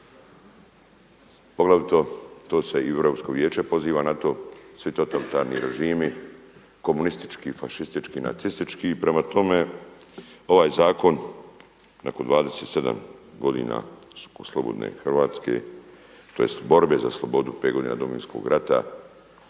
poglavito to se Europsko vijeće poziva na to, svi totalitarni režimi, komunistički, fašistički i nacistički. Prema tome, ovaj zakon nakon 27 godina slobodne Hrvatske tj. borbe za slobodu 5 godina Domovinskog rata